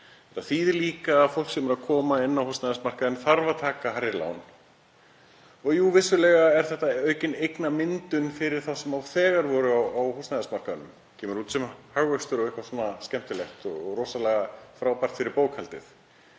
Þetta þýðir líka að fólk sem er að koma inn á húsnæðismarkaðinn þarf að taka hærri lán. Jú, vissulega er þetta aukin eignamyndun fyrir þá sem þegar voru á húsnæðismarkaði, það kemur út sem hagvöxtur og eitthvað skemmtilegt og rosalega frábært fyrir bókhaldið.